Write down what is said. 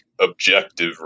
objective